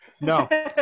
No